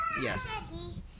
yes